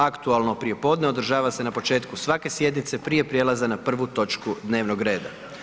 Aktualno prijepodne održava se na početku svake sjednice prije prijelaza na prvu točku dnevnog reda.